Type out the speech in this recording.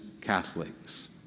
Catholics